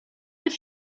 być